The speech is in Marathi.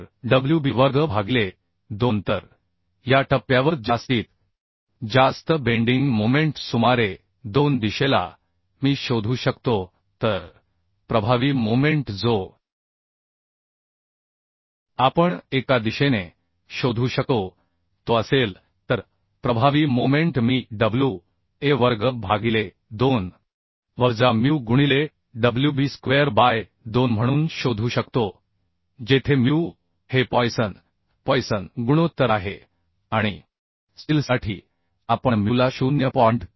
तर wb वर्ग भागिले 2 तर या टप्प्यावर जास्तीत जास्त बेंडिंग मोमेंट सुमारे 2 दिशेला मी शोधू शकतो तर प्रभावी मोमेंट जो आपण एका दिशेने शोधू शकतो तो असेल तर प्रभावी मोमेंट मी wa वर्ग बाय 2 वजा म्यू गुणिले wb स्क्वेअर बाय 2 म्हणून शोधू शकतो जेथे म्यू हे पॉइसन गुणोत्तर आहे आणिस्टीलसाठी आपण म्यूला 0